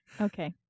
Okay